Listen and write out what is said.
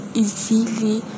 easily